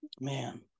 man